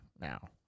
now